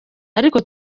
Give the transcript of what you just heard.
ariko